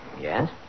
Yes